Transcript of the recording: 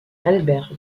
albert